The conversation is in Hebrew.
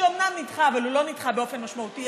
שאומנם נדחה אבל הוא לא נדחה באופן משמעותי,